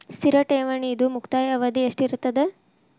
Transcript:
ಸ್ಥಿರ ಠೇವಣಿದು ಮುಕ್ತಾಯ ಅವಧಿ ಎಷ್ಟಿರತದ?